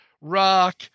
rock